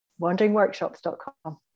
wanderingworkshops.com